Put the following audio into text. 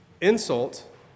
insult